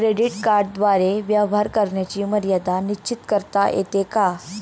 Credit कार्डद्वारे व्यवहार करण्याची मर्यादा निश्चित करता येते का?